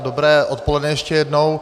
Dobré odpoledne, ještě jednou.